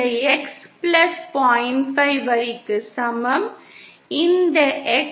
5 வரிக்கு சமம் இந்த X 0